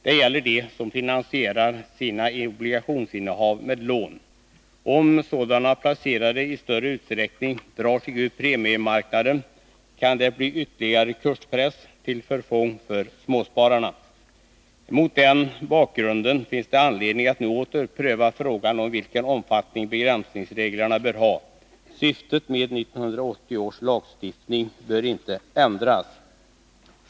Det gäller dem som finansierar sina = obligationsinnehav med lån. Om sådana placerare i större utsträckning drar — Avdragsregler för sig ur premiemarknaden kan det bli ytterligare kurspress till förfång för — realisationsförlussmåspararna. ter på premieob Mot den bakgrunden finns det anledning att nu åter pröva frågan om vilken = Jigationer omfattning begränsningsreglerna bör ha. Syftet med 1980 års lagstiftning bör inte ändras.